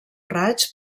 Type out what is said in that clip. raig